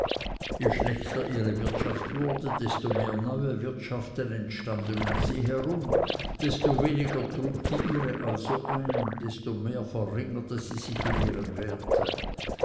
je schlechter ihre wirtschaft wurde desto mehr neue wirtschaften entstanden um sie herum desto weniger trug die ihre also ein desto mehr verringerte sie sich in ihrem werte